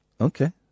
Okay